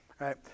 right